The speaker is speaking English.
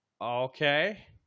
Okay